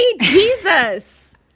Jesus